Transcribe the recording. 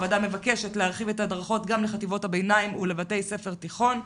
הוועדה מבקשת להרחיב את ההדרכות גם לחטיבות הביניים ולבתי ספר תיכון,